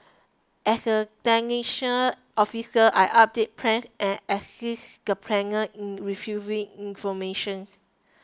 as a technician officer I updated plans and assisted the planners in retrieving information